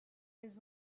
elles